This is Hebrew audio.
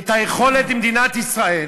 את היכולת למדינת ישראל